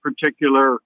particular